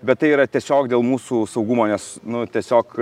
bet tai yra tiesiog dėl mūsų saugumo nes nu tiesiog